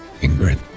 Ingrid